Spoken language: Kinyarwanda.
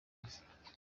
live